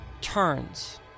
turns